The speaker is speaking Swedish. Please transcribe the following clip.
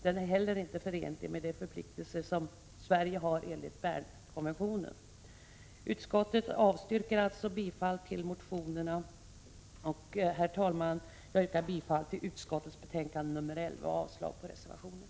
Den är inte heller förenlig med de förpliktelser som Sverige har enligt Bernkonventionen. Utskottet avstyrker alltså bifall till motionerna. Herr talman! Jag yrkar bifall till hemställan i lagutskottets betänkande nr 11 och avslag på reservationen.